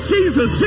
Jesus